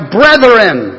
brethren